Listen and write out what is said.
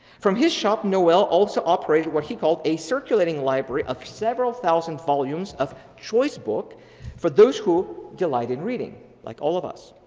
from his shop, noel also operated what he called a circulating library of several thousand volumes of choice book for those who delight in reading like all of us.